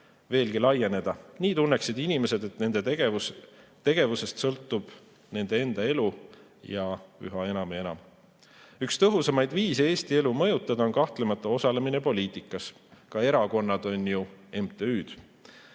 veelgi laieneda, nii tunneksid inimesed, et nende tegevusest sõltub nende enda elu üha enam ja enam. Üks tõhusamaid viise Eesti elu mõjutada on kahtlemata osalemine poliitikas. Ka erakonnad on ju MTÜ-d.